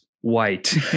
white